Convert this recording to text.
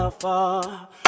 Far